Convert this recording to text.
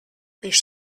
viņš